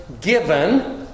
given